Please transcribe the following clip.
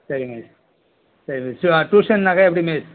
சரிங்க மிஸ் சரி மிஸ் டியூசன்னாக்க எப்படி மிஸ்